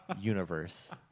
universe